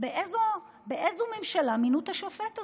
באיזו ממשלה מינו את השופט הזה?